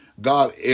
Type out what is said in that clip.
God